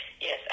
yes